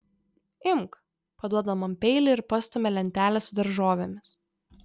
imk paduoda man peilį ir pastumia lentelę su daržovėmis